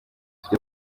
tujya